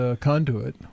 conduit